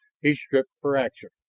he stripped for action.